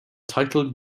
title